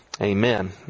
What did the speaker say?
Amen